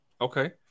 Okay